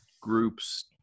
groups